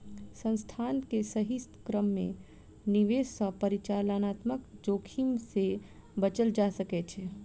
संस्थान के सही क्रम में निवेश सॅ परिचालनात्मक जोखिम से बचल जा सकै छै